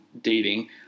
dating